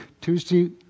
Tuesday